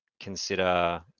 consider